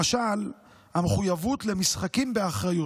למשל המחויבות למשחקים באחריות,